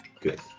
good